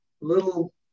little